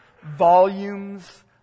volumes